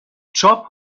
چاپ